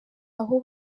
aho